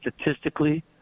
statistically